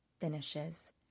finishes